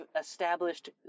established